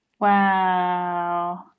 Wow